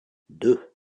deux